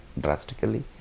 drastically